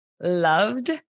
loved